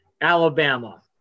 Alabama